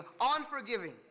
unforgiving